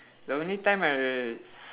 the only time I r~